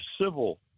civil